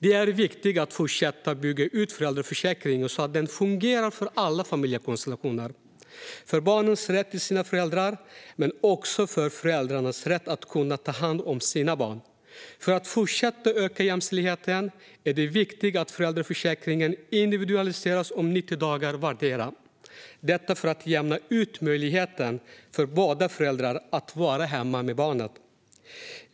Det är viktigt att fortsätta att bygga ut föräldraförsäkringen så att den fungerar för alla familjekonstellationer, för barnens rätt till sina föräldrar men också för föräldrarnas rätt att kunna ta hand om sina barn. För att fortsätta att öka jämställdheten är det viktigt att föräldraförsäkringen individualiseras med 90 dagar vardera - detta för att jämna ut möjligheten för båda föräldrar att vara hemma med barnet.